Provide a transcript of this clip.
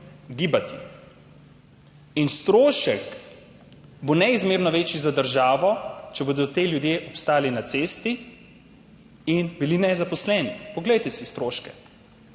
Strošek bo neizmerno večji za državo, če bodo ti ljudje ostali na cesti in bodo nezaposleni. Poglejte si stroške!